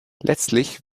letztlich